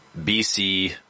BC